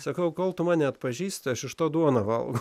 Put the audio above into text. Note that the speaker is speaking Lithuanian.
sakau kol tu mane atpažįsti aš iš to duoną valgau